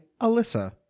Alyssa